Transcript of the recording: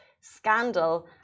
scandal